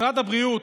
משרד הבריאות,